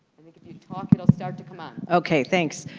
i think if you talk, it'll start to come on. okay, thanks.